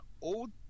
old